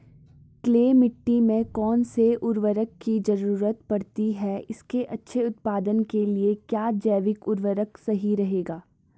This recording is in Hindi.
क्ले मिट्टी में कौन से उर्वरक की जरूरत पड़ती है इसके अच्छे उत्पादन के लिए क्या जैविक उर्वरक सही रहेगा?